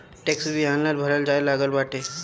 tax भी online भरल जाए लागल बाटे